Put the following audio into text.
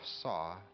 saw